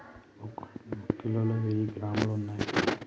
ఒక కిలోలో వెయ్యి గ్రాములు ఉన్నయ్